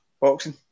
boxing